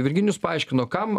virginijus paaiškino kam